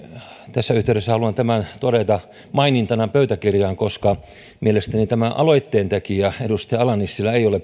tässä yhteydessä haluan tämän todeta mainintana pöytäkirjaan koska mielestäni tämä aloitteentekijä edustaja ala nissilä ei ole